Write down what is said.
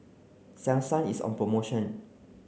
Selsun is on promotion